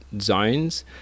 zones